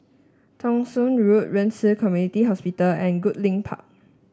Thong Soon Road Ren Ci Community Hospital and Goodlink Park